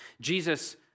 Jesus